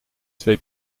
twee